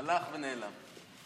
הלך ונעלם.